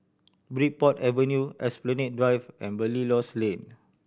Bridport Avenue Esplanade Drive and Belilios Lane